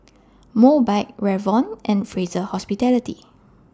Mobike Revlon and Fraser Hospitality